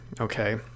okay